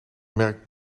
merk